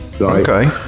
Okay